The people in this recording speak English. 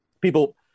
people